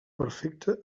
perfecte